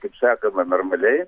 kaip sakoma normaliai